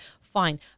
Fine